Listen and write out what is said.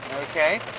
Okay